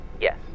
Yes